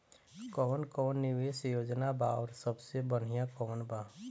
कवन कवन निवेस योजना बा और सबसे बनिहा कवन बा?